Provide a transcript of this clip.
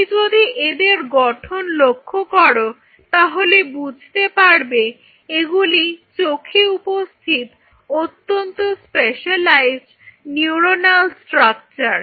তুমি যদি এদের গঠন লক্ষ্য করো তাহলে বুঝতে পারবে এগুলি চোখে উপস্থিত অত্যন্ত স্পেশালাইজড নিউরণাল স্ট্রাকচার